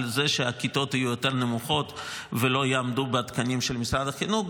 שהכיתות יהיו יותר נמוכות ולא יעמדו בתקנים של משרד החינוך.